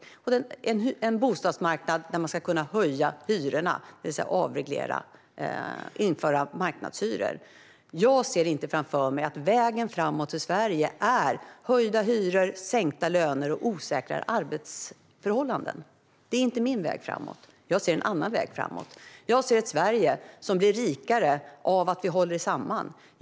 Det innebär också en bostadsmarknad där man kan höja hyrorna, det vill säga införa marknadshyror. Jag ser inte att vägen för Sverige framöver är höjda hyror, sänkta löner och osäkrare arbetsförhållanden. Det är inte min väg framåt. Jag ser en annan väg framåt. Jag ser ett Sverige som blir rikare av att vi håller samman.